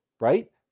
Right